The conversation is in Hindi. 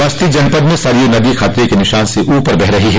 बस्ती जनपद में सरयू नदी खतरे के निशान से ऊपर बह रही है